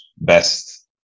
best